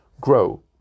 grow